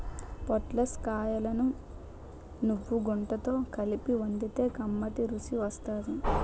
పొటల్స్ కాయలను నువ్వుగుండతో కలిపి వండితే కమ్మటి రుసి వత్తాది